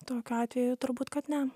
tokiu atveju turbūt kad ne